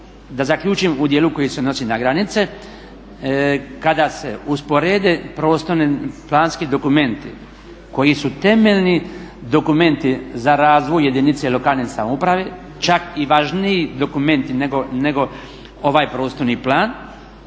da zaključim u dijelu koji se odnosi na granice, kada se usporede prostorno planski dokumenti koji su temeljni dokumenti za razvoj jedinice lokalne samouprave čak i važniji dokumenti nego ovaj prostorni plan